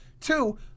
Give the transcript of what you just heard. Two